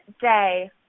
day